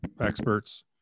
experts